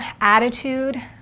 attitude